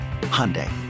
Hyundai